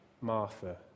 Martha